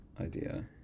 idea